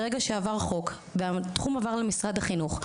ברגע שעבר חוק והאחריות עברה למשרד החינוך,